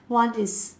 one is